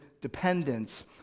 dependence